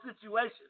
situation